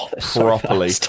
properly